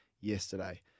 yesterday